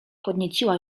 podnieciła